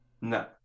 No